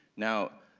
now,